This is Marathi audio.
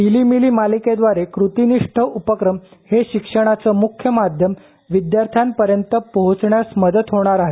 टिलीमिली मालिकेद्वारे क्रतीनिष्ठ उपक्रम हे शिक्षणाचं मुख्य माध्यम विद्यार्थ्यांपर्यंत पोहोचण्यास मदत होणार आहे